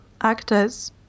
actors